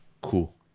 cool